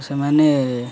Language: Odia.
ସେମାନେ